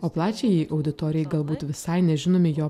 o plačiajai auditorijai galbūt visai nežinomi jo